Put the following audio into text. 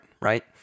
right